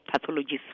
pathologists